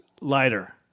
lighter